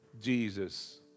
Jesus